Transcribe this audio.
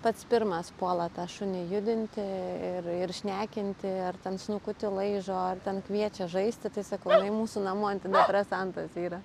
pats pirmas puola tą šunį judinti ir ir šnekinti ar ten snukutį laižo ar ten kviečia žaisti tai sakau jinai mūsų namų antidepresantas yra